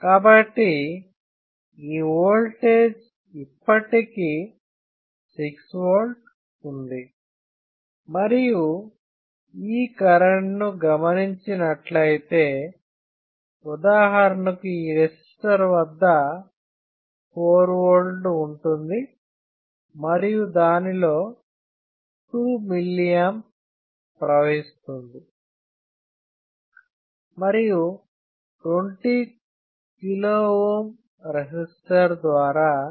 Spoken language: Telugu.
కాబట్టి ఈ ఓల్టేజ్ ఇప్పటికీ 6V ఉంది మరియు ఈ కరెంట్ను గమనించినట్లయితే ఉదాహరణకు ఈ రెసిస్టర్ వద్ద 4V లు ఉంటుంది మరియు దాని లో 2 mA లు ప్రవహిస్తుంది మరియు 20 KΩ రెసిస్టర్ ద్వారా 0